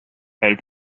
elle